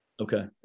Okay